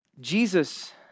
Jesus